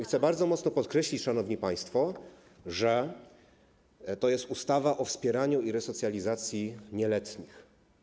Chcę bardzo mocno podkreślić, szanowni państwo, że to jest ustawa o wspieraniu i resocjalizacji nieletnich.